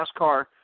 NASCAR